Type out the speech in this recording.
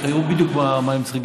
יראו בדיוק מה הם צריכים.